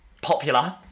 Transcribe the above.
popular